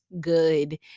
good